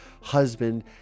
husband